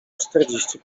czterdzieści